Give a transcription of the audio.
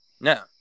No